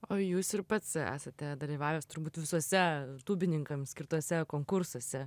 o jūs ir pats esate dalyvavęs turbūt visuose tūbininkam skirtuose konkursuose